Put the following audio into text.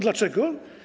Dlaczego?